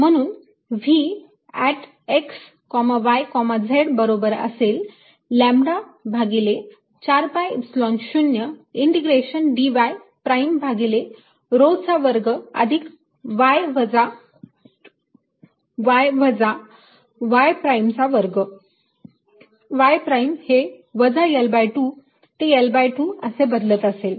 म्हणून V x y z बरोबर असेल लॅम्बडा भागिले 4 pi Epsilon 0 integration dy prime भागिले rho चा वर्ग अधिक y वजा y वजा y प्राईम चा वर्ग y प्राईम हे वजा L2 ते L2 असे बदलत असेल